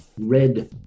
Red